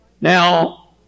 now